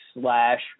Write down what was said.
slash